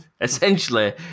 Essentially